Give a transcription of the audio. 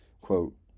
quote